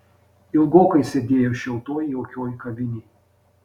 ilgokai sėdėjo šiltoj jaukioj kavinėj